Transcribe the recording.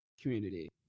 community